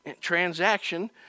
transaction